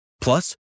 Plus